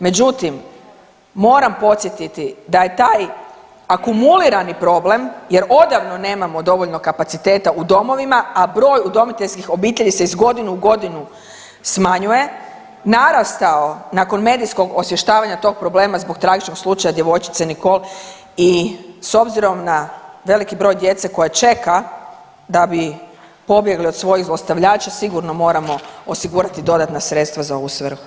Međutim, moram podsjetiti da je taj akumulirani problem jer odavno nemamo dovoljno kapaciteta u domovima, a broj udomiteljskih obitelji se iz godine u godinu smanjuje narastao nakon medijskog osvještavanja tog problema zbog tragičnog slučaja djevojčice Nicol i s obzirom na veliki broj djece koja čeka da bi pobjegli od svojih zlostavljača sigurno moramo osigurati dodatna sredstva za ovu svrhu.